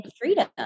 freedom